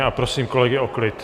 A prosím kolegy o klid!